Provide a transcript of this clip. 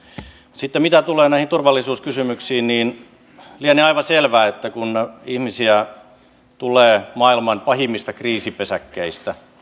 sitten mitä tulee näihin turvallisuuskysymyksiin lienee aivan selvää että kun ihmisiä tulee maailman pahimmista kriisipesäkkeistä